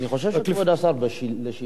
לשאילתא שהיתה השבוע,